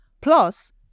Plus